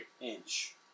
inch